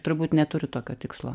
turbūt neturiu tokio tikslo